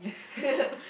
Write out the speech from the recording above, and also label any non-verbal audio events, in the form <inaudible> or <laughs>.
<laughs>